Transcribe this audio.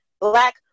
black